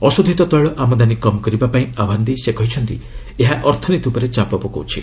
ଅଶୋଧିଥ ତେିଳ ଆମଦାନୀ କମ୍ କରିବାପାଇଁ ଆହ୍ବାନ ଦେଇ ସେ କହିଛନ୍ତି ଏହା ଅର୍ଥନୀତି ଉପରେ ଚାପ ପକାଉଛି